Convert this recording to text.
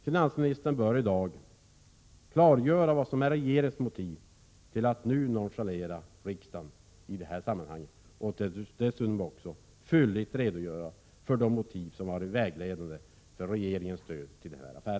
Finansministern bör i dag klargöra vad som är regeringens motiv till att nonchalera riksdagen i det här sammanhanget. Dessutom bör finansministern utförligt redogöra för de motiv som har varit vägledande när det gäller regeringens stöd till denna affär.